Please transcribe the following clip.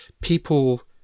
people